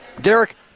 Derek